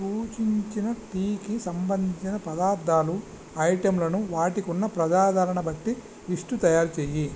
సూచించిన టీకి సంబంధించిన పదార్ధాలు ఐటంలను వాటికి ఉన్న ప్రజాదరణ బట్టి లిస్టు తయారు చేయి